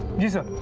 disha.